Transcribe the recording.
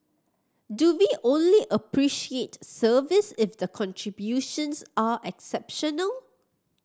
do we only appreciate service if the contributions are exceptional